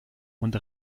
und